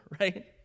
right